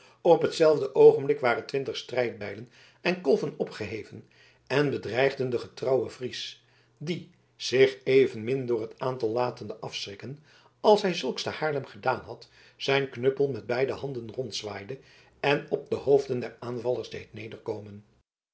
op hetzelfde oogenblik waren twintig strijdbijlen en kolven opgeheven en bedreigden den getrouwen fries die zich evenmin door het aantal latende afschrikken als hij zulks te haarlem gedaan had zijn knuppel met beide handen rondzwaaide en op de hoofden der aanvallers deed